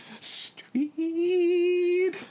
Street